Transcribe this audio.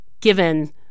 Given